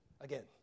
again